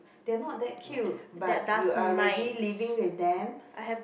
they're not that cute but you already living with them